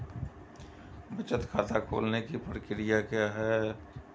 बचत खाता खोलने की प्रक्रिया क्या है?